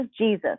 Jesus